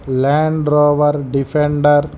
Land Rover defender